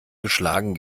geschlagen